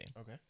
Okay